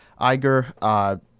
Iger